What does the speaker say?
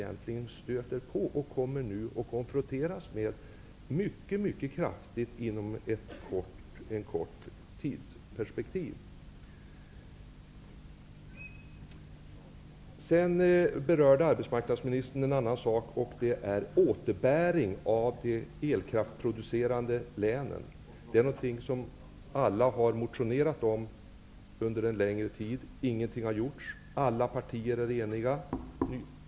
Jag tror att det kommer att bli den problemgrupp som vi får konfronteras med inom kort. Arbetsmarknadsministern berörde frågan om återbäring för de elkraftsproducerande länen. Alla har motionerat om det under längre tid; ingenting har gjorts. Alla partier är eniga.